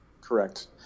Correct